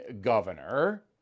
governor